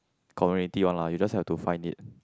community one lah you just have to find it